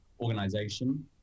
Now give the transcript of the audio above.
organization